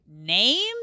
Name